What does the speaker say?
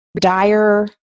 dire